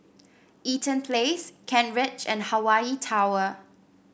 Eaton Place Kent Ridge and Hawaii Tower